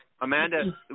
Amanda